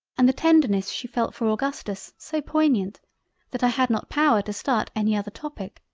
and the tenderness she felt for augustus so poignant that i had not power to start any other topic,